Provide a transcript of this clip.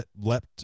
leapt